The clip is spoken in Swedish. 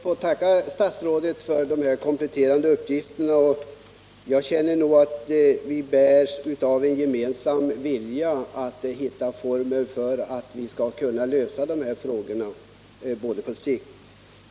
Herr talman! Jag ber att få tacka statsrådet för de här kompletterande uppgifterna. Jag känner nog att vi bärs av en gemensam vilja att hitta former för att lösa de här frågorna även på sikt.